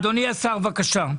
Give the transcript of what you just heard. אדוני היושב ראש,